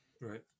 Right